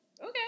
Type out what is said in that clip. Okay